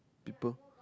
people